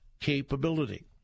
capability